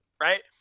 right